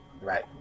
right